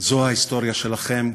ההיסטוריה שלכם,